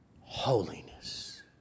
holiness